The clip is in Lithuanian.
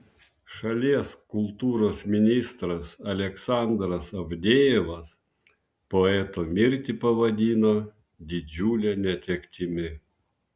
šalies kultūros ministras aleksandras avdejevas poeto mirtį pavadino didžiule netektimi